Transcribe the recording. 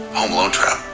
home alone trap,